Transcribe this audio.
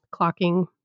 clocking